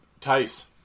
Tice